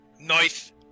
Nice